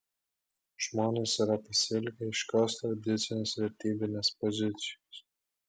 žmonės yra pasiilgę aiškios tradicinės vertybinės pozicijos